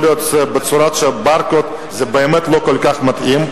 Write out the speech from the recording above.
יכול להיות שברקוד באמת לא כל כך מתאים,